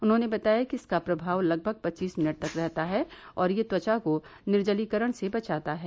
उन्होंने बताया कि इसका प्रभाव लगभग पच्चीस मिनट तक रहता है और यह त्वचा को निर्जलीकरण से बचाता है